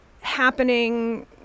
happening